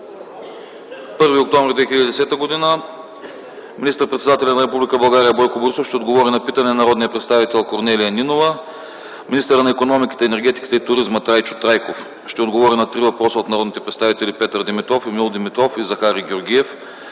на 1 октомври 2010 г.: - министър-председателят на Република България Бойко Борисов ще отговори на питане на народния представител Корнелия Нинова; - министърът на икономиката, енергетиката и туризма Трайчо Трайков ще отговори на три въпроса от народните представители Петър Димитров, Емил Димитров и Захари Георгиев;